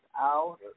out